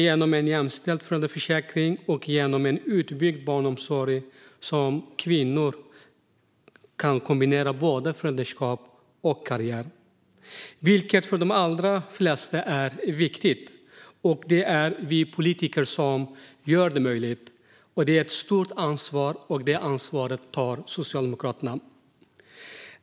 Genom en jämställd föräldraförsäkring och utbyggd barnomsorg kan kvinnor kombinera föräldraskap och karriär, vilket för de allra flesta är viktigt. Det är vi politiker som gör detta möjligt. Det är ett stort ansvar, och det ansvaret tar Socialdemokraterna.